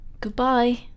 Goodbye